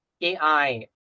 AI